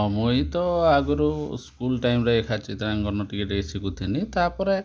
ହଁ ମୁଇଁ ତ ଆଗ୍ରୁ ସ୍କୁଲ୍ ଟାଇମ୍ରେ ଏକା ଚିତ୍ରାଙ୍କନ ଟିକେ ଟିକେ ଶିଖୁଥିଲି ତାର୍'ପରେ